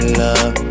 love